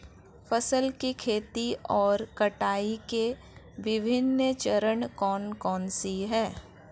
फसल की खेती और कटाई के विभिन्न चरण कौन कौनसे हैं?